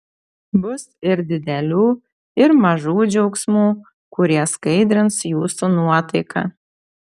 bus ir didelių ir mažų džiaugsmų kurie skaidrins jūsų nuotaiką